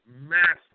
massive